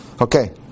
Okay